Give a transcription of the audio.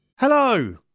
Hello